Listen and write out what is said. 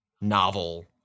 novel